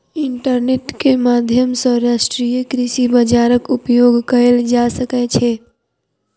internet के माध्यम सॅ राष्ट्रीय कृषि बजारक उपयोग कएल जा सकै छै